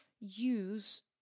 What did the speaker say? use